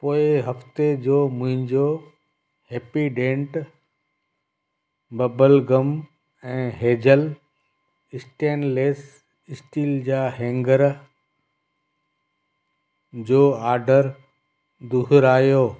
पोएं हफ़्ते जो मुंहिंजो हैप्पीडेन्ट बबल गम ऐं हेज़ल स्टेनलेस स्टील जा हैंगर जो ऑडर दुहिरायो